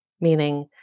meaning